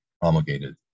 promulgated